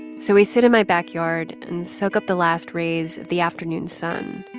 so we sit in my backyard and soak up the last rays of the afternoon sun.